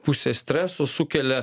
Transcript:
pusę streso sukelia